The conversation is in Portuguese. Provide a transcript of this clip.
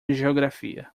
geografia